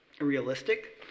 realistic